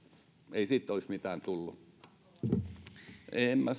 ei siitä olisi mitään tullut en minä